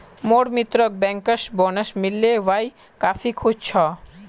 मोर मित्रक bankers bonus मिल ले वइ काफी खुश छ